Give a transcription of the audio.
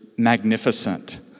magnificent